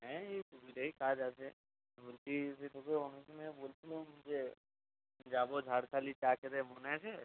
হ্যাঁ এই সুবিধেই কাজ আছে বলছি যে তোকে অনেকদিন আগে বলছিলাম যে যাবো ঝাড়খালি চা খেতে মনে আছে